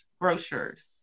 grocers